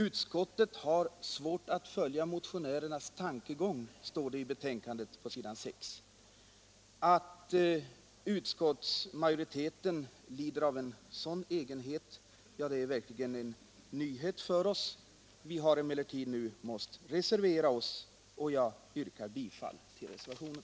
”Utskottet har svårt att följa motionärernas tankegång”, står det i betänkandet på s. 6. Att utskottsmajoriteten lider av en sådan egenhet är verkligen en nyhet för oss. Vi har emellertid nu måst reservera oss, och jag yrkar bifall till reservationen.